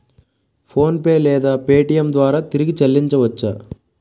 PhonePe లేదా Paytm ద్వారా తిరిగి చల్లించవచ్చ?